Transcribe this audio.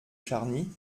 charny